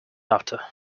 after